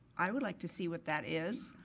i would like to see what that is.